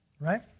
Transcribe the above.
Right